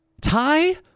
tie